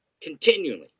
Continually